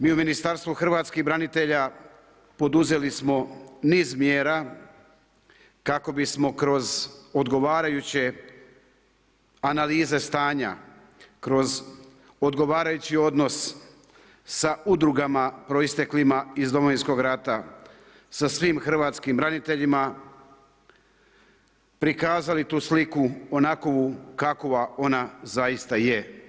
Mi u Ministarstvu hrvatskih branitelja, poduzeli smo niz mjera kako bismo kroz odgovarajuće analize stanja, kroz odgovarajući odnos, sa udrugama proisteklima iz Domovinskog rata, sa svim hrvatskim braniteljima, prikazali tu sliku, onakvu kakva ona zaista je.